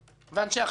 ואנשי החטיבה